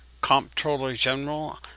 Comptroller-General